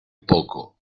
poco